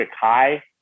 high